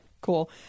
cool